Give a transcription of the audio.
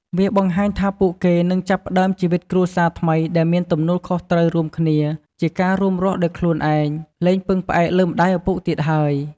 វាបង្ហាញថាពួកគេនឹង ចាប់ផ្តើមជីវិតគ្រួសារថ្មីដែលមានទំនួលខុសត្រូវរួមគ្នា ជាការរួមរស់ដោយខ្លួនឯង លែងពឹងផ្អែកលើម្ដាយឪពុកទៀតហើយ។